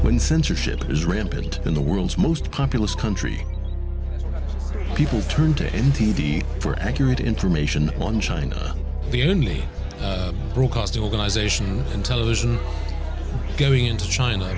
when censorship is rampant in the world's most populous country people turn to n t v for accurate information on china the only real cost of organization in television going into china